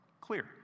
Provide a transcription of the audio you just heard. clear